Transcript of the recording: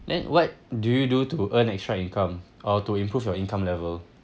then what do you do to earn extra income or to improve your income level